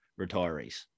retirees